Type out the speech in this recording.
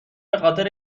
بخاطر